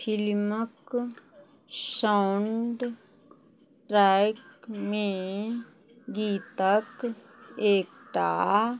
फिल्मक साउण्ड ट्रैकमे गीतक एकटा